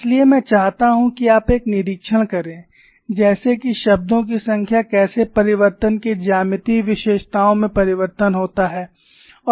इसलिए मैं चाहता हूं कि आप एक निरिक्षण करें जैसे कि शब्दों की संख्या कैसे परिवर्तन के ज्यामितीय विशेषताओं में परिवर्तन होता है